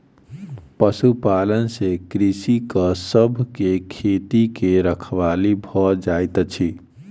पशुपालन से कृषक सभ के खेती के रखवाली भ जाइत अछि